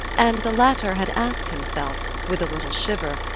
and the latter had asked himself, with a little shiver,